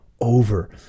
over